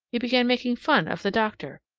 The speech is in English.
he began making fun of the doctor.